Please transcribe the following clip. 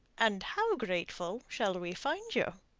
and how grateful shall we find you?